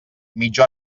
mitja